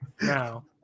No